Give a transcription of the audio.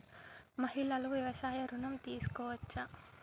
మహిళలు వ్యవసాయ ఋణం తీసుకోవచ్చా?